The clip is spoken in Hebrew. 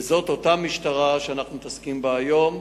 וזאת אותה משטרה שאנו מתעסקים בה היום,